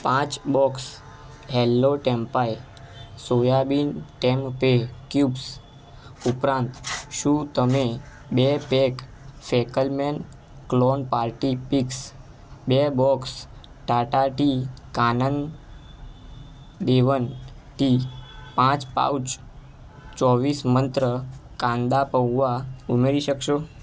પાંચ બોક્સ હેલો ટેમ્પાય સોયાબીન ટેન્ગ પે ક્યુબ્સ ઉપરાંત શું તમે બે પેક ફેકલ મેન ક્લોન પાર્ટી પિક્સ બે box Tata tea Kanan Devan tea પાંચ પાઉચ ચોવીસ મંત્ર કાંદા પઉઆ ઉમેરી શકશો